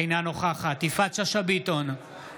אינה נוכחת יפעת שאשא ביטון,